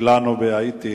שלנו בהאיטי.